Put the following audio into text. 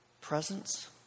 presence